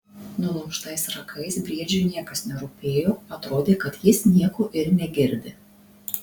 nulaužtais ragais briedžiui niekas nerūpėjo atrodė kad jis nieko ir negirdi